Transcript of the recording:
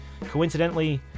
Coincidentally